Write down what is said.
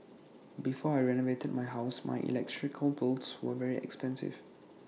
before I renovated my house my electrical bills were very expensive